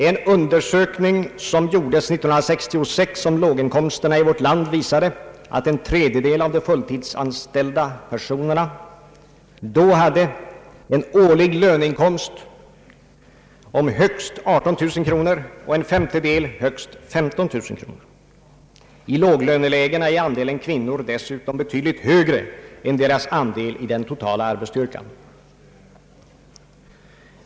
En undersökning som gjordes år 1966 om låginkomstgrupperna i vårt land visade att en tredjedel av de fulltidsanställda personerna då hade en årlig löneinkomst om högst 18 000 kronor och en femtedel högst 15 000 kronor. I låglönelägena är andelen kvinnor dessutom betydligt högre än deras andel i den totala arbetsstyrkan.